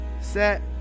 Set